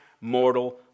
mortal